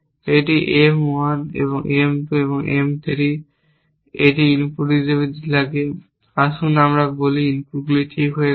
এটি M 1 এটি M 2 এটি M 3 এটি ইনপুট নিতে লাগে আসুন আমরা বলি ইনপুটগুলি ঠিক হয়ে গেছে